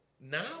Now